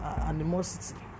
animosity